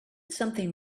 something